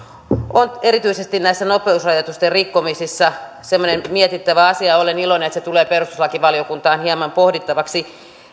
on erityisesti näissä nopeusrajoitusten rikkomisissa semmoinen mietittävä asia olen iloinen että se tulee perustuslakivaliokuntaan hieman pohdittavaksi